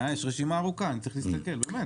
יש רשימה ארוכה, אני צריך להסתכל.